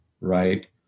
right